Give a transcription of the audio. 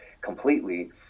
completely